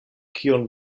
kion